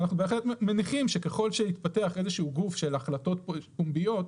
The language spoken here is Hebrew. ואנחנו מניחים שככל שיתפתח גוף של החלטות פומביות,